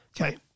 Okay